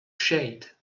shade